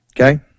Okay